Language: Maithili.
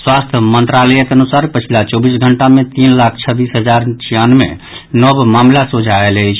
स्वास्थ्य मंत्रालयक अनुसार पछिला चौबीस घंटा मे तीन लाख छब्बीस हजार छियानवे नव मामिला सोझा आयल अछि